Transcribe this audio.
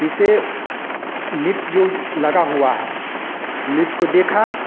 जैसे मिर्च जो लगा हुआ है वह मिर्च को देखा